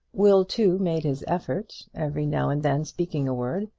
will, too, made his effort, every now and then speaking a word,